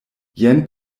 jen